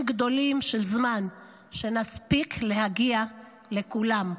גדולים של זמן / שנספיק להגיע לכולן".